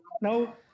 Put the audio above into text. no